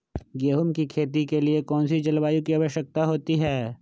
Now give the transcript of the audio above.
गेंहू की खेती के लिए कौन सी जलवायु की आवश्यकता होती है?